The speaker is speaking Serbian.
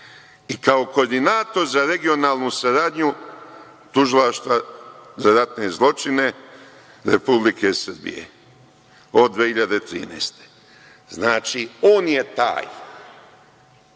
i kao koordinator za regionalnu saradnju Tužilaštva za ratne zločine Republike Srbije od 2013. godine. Znači, on je taj